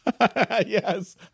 yes